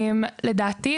לדעתי,